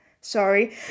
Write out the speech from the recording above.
Sorry